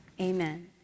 amen